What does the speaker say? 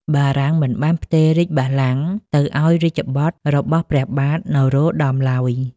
បារាំងមិនបានផ្ទេររាជបល្ល័ង្កទៅរាជបុត្ររបស់ព្រះបាទនរោត្តមឡើយ។